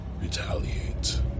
retaliate